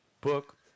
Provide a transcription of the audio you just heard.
book